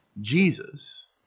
Jesus